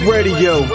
Radio